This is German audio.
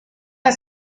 das